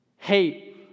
Hey